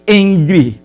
angry